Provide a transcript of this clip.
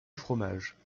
fromage